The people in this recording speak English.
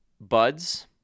Buds